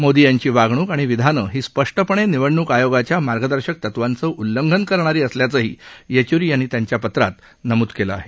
मोदी यांची वागणूक आणि विधानं ही स्पष्टपणे निवडणूक आयोगाच्या मार्गदर्शक तत्त्वांचं उल्लंघन करणारी असल्याचंही येचुरी यांनी त्यांच्या पत्रात लिहिलं आहे